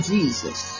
Jesus